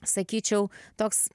sakyčiau toks